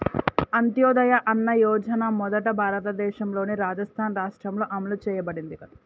అంత్యోదయ అన్న యోజన మొదట భారతదేశంలోని రాజస్థాన్ రాష్ట్రంలో అమలు చేయబడింది